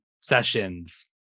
sessions